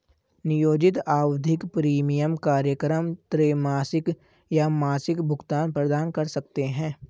नियोजित आवधिक प्रीमियम कार्यक्रम त्रैमासिक या मासिक भुगतान प्रदान कर सकते हैं